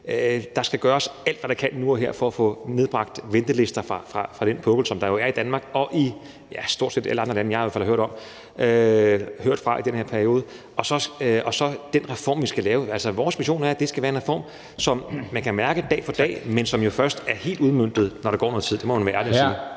der skal gøres alt, hvad vi kan nu og her, for at få nedbragt ventelister fra den pukkel, som der jo er i Danmark og i stort set alle andre lande, jeg i hvert fald har hørt om i den her periode. Altså, vores vision er, at det skal være en reform, som man kan mærke dag for dag, men som jo først er helt udmøntet, når der er gået noget tid – det må man være ærlig at sige.